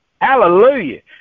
Hallelujah